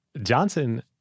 Johnson